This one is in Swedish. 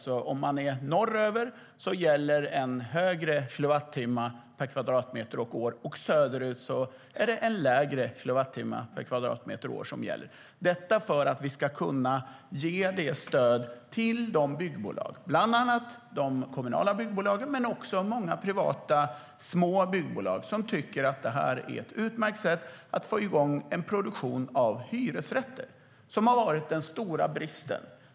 Är man norröver gäller ett högre antal kilowattimmar per kvadratmeter och år, och söderut är det ett lägre antal kilowattimmar per kvadratmeter och år som gäller. Detta är för att vi ska kunna ge stöd till de byggbolag - det är bland annat kommunala men också många privata, små byggbolag - som tycker att det här är ett utmärkt sätt att få igång en produktion av hyresrätter. Det har varit den stora bristen.